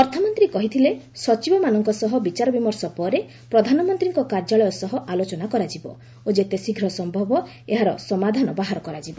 ଅର୍ଥମନ୍ତ୍ରୀ କହିଥିଲେ ସଚିବମାନଙ୍କ ସହ ବିଚାରବିମର୍ଶ ପରେ ପ୍ରଧାନମନ୍ତ୍ରୀଙ୍କ କାର୍ଯ୍ୟାଳୟ ସହ ଆଲୋଚନା କରାଯିବ ଓ ଯେତେଶୀଘ୍ର ସମ୍ଭବ ଏହାର ସମାଧାନ ବାହାର କରାଯିବ